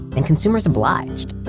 and consumers obliged.